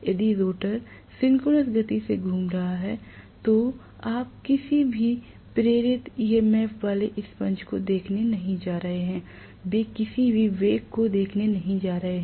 यदि rotor synchronous गति से घूम रहा है तो आप किसी भी प्रेरित ईएमएफ वाले स्पंज को देखने नहीं जा रहे हैं वे किसी भी वेग को देखने नहीं जा रहे हैं